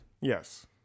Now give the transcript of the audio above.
yes